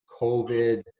COVID